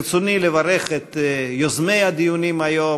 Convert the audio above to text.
ברצוני לברך את יוזמי הדיונים היום,